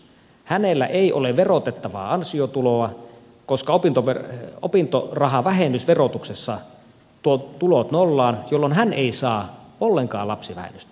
hänellä ei ole verotettavaa ansiotuloa koska opintorahavähennys verotuksessa tuo tulot nollaan jolloin hän ei saa ollenkaan lapsivähennystä